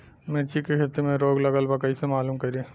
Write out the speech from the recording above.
मिर्ची के खेती में रोग लगल बा कईसे मालूम करि?